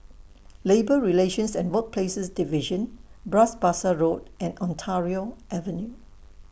Labour Relations and Workplaces Division Bras Basah Road and Ontario Avenue